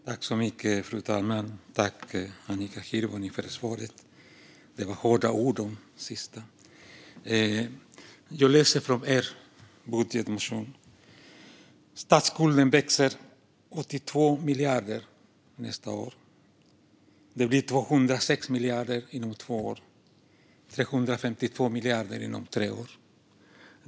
Fru talman! Tack, Annika Hirvonen, för svaret! Det sista var hårda ord. Jag läser från er budgetmotion. Statsskulden växer med 82 miljarder nästa år. Det blir 206 miljarder inom två år och 352 miljarder inom tre år.